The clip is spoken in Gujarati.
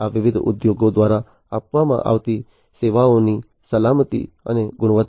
આ વિવિધ ઉદ્યોગો દ્વારા આપવામાં આવતી સેવાઓની સલામતી અને ગુણવત્તા